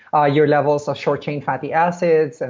ah your levels of short-chain fatty acids, and